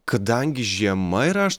kadangi žiema yra aš